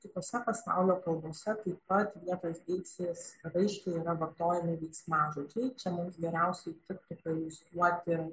kitose pasaulio kalbose taip pat vietos deiksės raiškai yra vartojami veiksmažodžiai čia mums geriausiai tiktų pailiustruoti